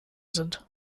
sind